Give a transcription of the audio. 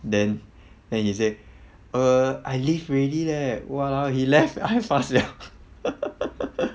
then then he said uh I leave already leh !walao! he left I pass 了